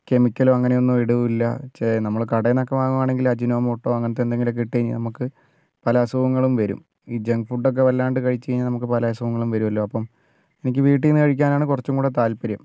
കെമിക്കലൊ അങ്ങനെയൊന്നും ഇടുകയില്ല നമ്മൾ കടയിൽ നിന്നൊക്കെ വാങ്ങുകയാണെങ്കിൽ അജ്നോമോട്ടോ അങ്ങനത്തെ എന്തെങ്കിലും ഒക്കെ ഇട്ടു കഴിഞ്ഞാൽ നമ്മൾക്ക് പല അസുഖങ്ങളും വരും ജംഗ് ഫുഡ്ഡൊക്കെ വല്ലാണ്ട് കഴിച്ചു കഴിഞ്ഞാൽ നമുക്ക് പല അസുഖങ്ങളും വരുമല്ലോ അപ്പം എനിക്ക് വീട്ടിൽ നിന്ന് കഴിക്കാനാണ് കുറച്ചുംകൂടെ താൽപ്പര്യം